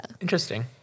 Interesting